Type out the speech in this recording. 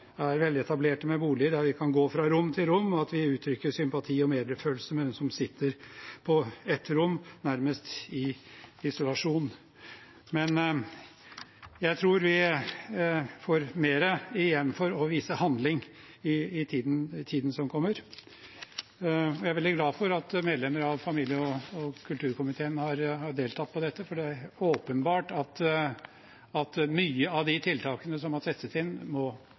er veletablerte, med boliger der vi kan gå fra rom til rom, uttrykker sympati og medfølelse med hun som sitter på ett rom nærmest i isolasjon. Jeg tror vi får mer igjen for å vise handling i tiden som kommer. Jeg er veldig glad for at medlemmer av familie- og kulturkomiteen har deltatt på dette, for det er åpenbart at mange av de tiltakene som må settes inn, må